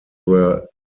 were